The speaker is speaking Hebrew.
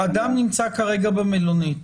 האדם נמצא כרגע במלונית,